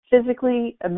physically